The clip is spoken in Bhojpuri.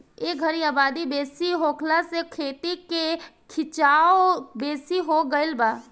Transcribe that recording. ए घरी आबादी बेसी होखला से खेती के खीचाव बेसी हो गई बा